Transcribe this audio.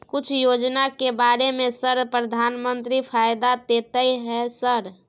कुछ योजना के बारे में सर प्रधानमंत्री फायदा देता है सर?